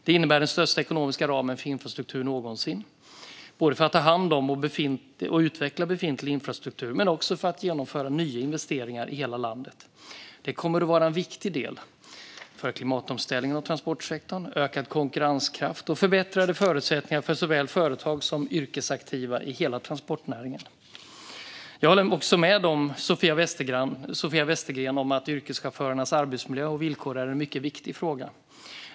Det innebär den största ekonomiska ramen för infrastruktur någonsin, både för att ta hand om och utveckla befintlig infrastruktur och för att genomföra nya investeringar i hela landet. Det kommer att vara en viktig del i arbetet för klimatomställningen av transportsektorn, ökad konkurrenskraft och förbättrade förutsättningar för såväl företag som yrkesaktiva i hela transportnäringen. Jag håller också med Sofia Westergren om att yrkeschaufförernas arbetsmiljö och villkor är en mycket viktig fråga.